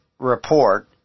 Report